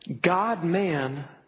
God-man